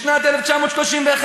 בשנת 1931,